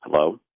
Hello